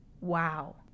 wow